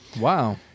Wow